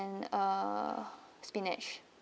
and uh spinach